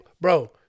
Bro